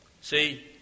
See